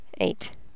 Eight